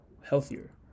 healthier